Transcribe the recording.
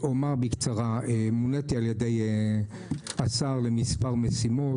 מוניתי על ידי השר למספר משימות.